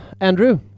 Andrew